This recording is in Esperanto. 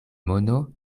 mono